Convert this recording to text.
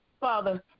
Father